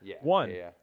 One